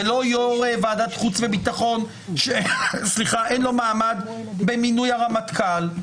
ולא יושב ראש ועדת חוץ וביטחון שאין לו מעמד במינוי הרמטכ"ל.